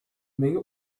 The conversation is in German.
menge